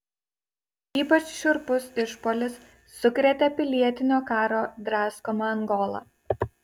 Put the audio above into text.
ypač šiurpus išpuolis sukrėtė pilietinio karo draskomą angolą